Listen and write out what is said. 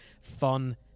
fun